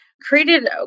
created